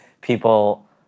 people